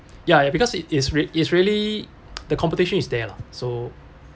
ya because it is re~ it's really the competition is there lah so